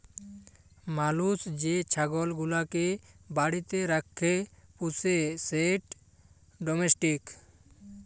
মালুস যে ছাগল গুলাকে বাড়িতে রাখ্যে পুষে সেট ডোমেস্টিক